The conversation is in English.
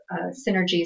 synergies